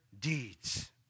deeds